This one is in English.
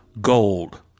Gold